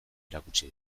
erakutsi